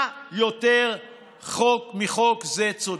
מה יותר צודק מחוק זה?